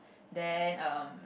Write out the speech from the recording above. then um